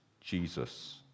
Jesus